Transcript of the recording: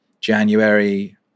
January